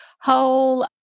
whole